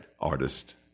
Artist